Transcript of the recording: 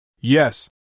Yes